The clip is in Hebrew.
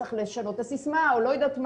צריך לשנות את הסיסמה או לא יודעת מה,